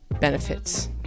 benefits